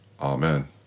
Amen